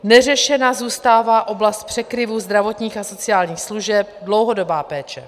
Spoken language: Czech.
Neřešena zůstává oblast překryvu zdravotních a sociálních služeb, dlouhodobá péče.